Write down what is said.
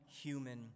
human